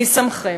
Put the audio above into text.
מי שמכם?